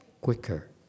quicker